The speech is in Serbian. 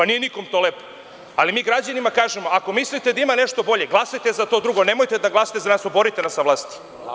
Nije nikom to lepo, ali mi građanima kažemo – ako mislite da ima nešto bolje, glasajte za to drugo, nemojte da glasate za nas, oborite nas sa vlasti.